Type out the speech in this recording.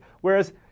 whereas